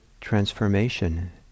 transformation